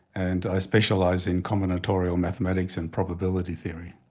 and i specialize in combinatorial mathematics and probability theory.